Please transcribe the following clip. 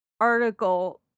article